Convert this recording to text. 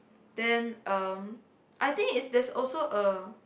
then um I think is there's also a